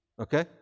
Okay